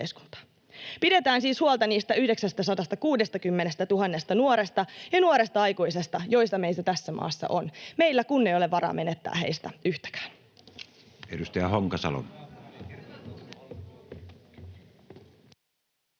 Pidetään siis huolta niistä 960 000 nuoresta ja nuoresta aikuisesta, jotka meillä tässä maassa on — meillä kun ei ole varaa menettää heistä yhtäkään.